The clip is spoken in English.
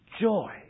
Joy